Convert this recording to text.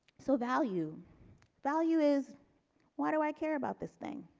so value value is why do i care about this thing